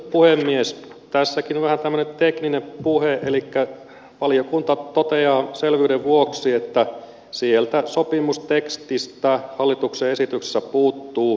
tässäkin vähän tämmöinen tekninen puhe elikkä valiokunta toteaa selvyyden vuoksi että sieltä sopimustekstistä hallituksen esityksessä puuttuu muutama sana